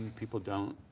people don't,